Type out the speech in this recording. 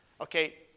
Okay